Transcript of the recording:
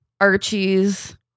Archie's